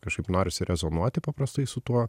kažkaip norisi rezonuoti paprastai su tuo